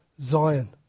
Zion